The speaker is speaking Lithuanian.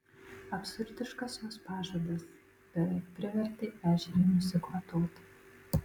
absurdiškas jos pažadas beveik privertė ešerį nusikvatoti